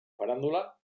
farándula